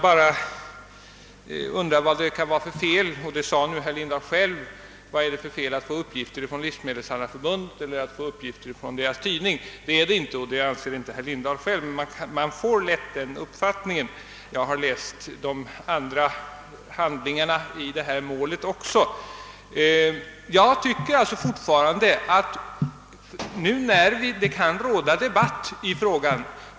Herr Lindahl sade själv att det ju inte var något fel att hämta uppgifter från livsmedelshandlareförbundet eller dess tidning. Man får emellertid lätt den uppfattningen att det skulle vara fel att hämta uppgifter därifrån. Jag har läst även övriga handlingar i målet, och jag tycker att det inte är riktigt bra att det kan bli debatt i frågan.